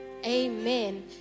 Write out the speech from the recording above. Amen